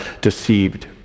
deceived